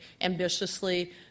ambitiously